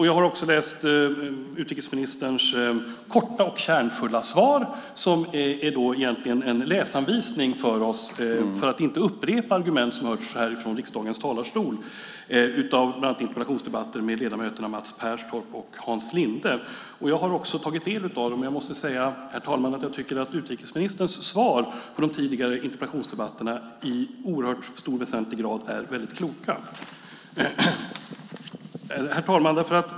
Jag har också läst utrikesministerns korta och kärnfulla svar som egentligen är en läsanvisning till interpellationsdebatter bland annat med ledamöterna Mats Pertoft och Hans Linde för att inte upprepa argument som redan hörts härifrån talarstolen. Jag har också tagit del av dem, och jag måste säga att jag tycker att utrikesministerns svar i de tidigare interpellationsdebatterna i oerhört stor och väsentlig grad är väldigt kloka.